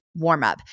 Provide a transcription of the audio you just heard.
warmup